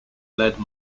lead